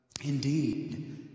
indeed